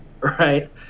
right